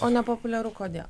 o nepopuliaru kodėl